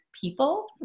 people